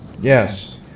Yes